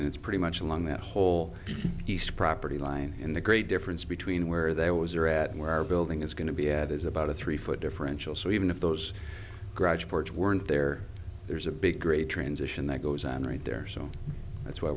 and it's pretty much along that whole east property line in the great difference between where they always are at where our building is going to be at is about a three foot differential so even if those graduates weren't there there's a big great transition that goes on right there so that's why